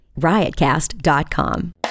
riotcast.com